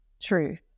truth